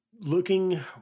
looking